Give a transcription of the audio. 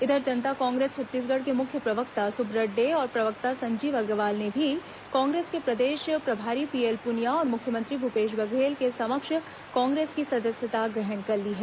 इधर जनता कांग्रेस छत्तीसगढ़ के मुख्य प्रवक्ता सुब्रत डे और प्रवक्ता संजीव अग्रवाल ने भी कांग्रेस के प्रदेश प्रभारी पीएल पुनिया और मुख्यमंत्री भूपेश बघेल के समक्ष कांग्रेस की सदस्यता ग्रहण कर ली है